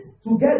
together